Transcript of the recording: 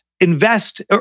invest